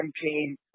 campaign